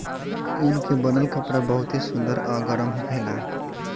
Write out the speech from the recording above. ऊन के बनल कपड़ा बहुते सुंदर आ गरम होखेला